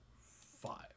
five